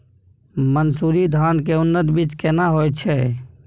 मन्सूरी धान के उन्नत बीज केना होयत छै?